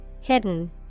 Hidden